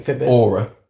Aura